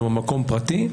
שהוא מקום פרטי,